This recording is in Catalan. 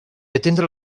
atendre